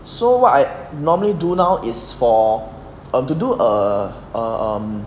so what I normally do now is for err to do err um